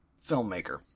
filmmaker